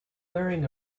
wearing